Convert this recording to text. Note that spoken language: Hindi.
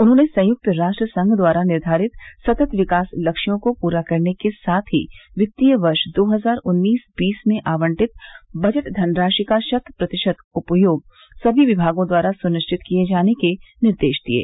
उन्होंने संयुक्त राष्ट्र संघ द्वारा निर्वारित सतत विकास लक्ष्यों को पूरा करने के साथ ही वित्तीय वर्ष दो हजार उन्नीस बीस में आवंटित बजट धनराशि का शत प्रतिशत उपयोग सभी विभागों द्वारा सुनिश्चित किये जाने के निर्देश दिये